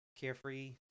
carefree